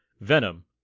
Venom